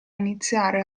iniziare